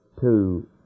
two